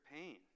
pain